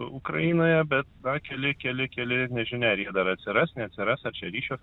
ukrainoje bet dar keli keli keli nežinia ar jie dar atsiras neatsiras ar čia ryšio